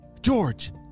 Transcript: George